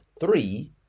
three